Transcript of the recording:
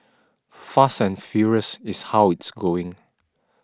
fast and furious is how it's going